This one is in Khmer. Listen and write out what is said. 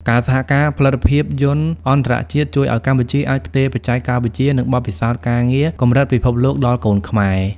ការសហការផលិតភាពយន្តអន្តរជាតិជួយឱ្យកម្ពុជាអាចផ្ទេរបច្ចេកវិទ្យា និងបទពិសោធន៍ការងារកម្រិតពិភពលោកដល់កូនខ្មែរ។